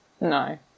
No